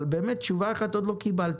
אבל באמת תשובה אחת עוד לא קיבלתי.